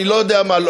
אני לא יודע מה,